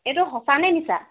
এইটো সঁচানে মিছা